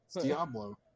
Diablo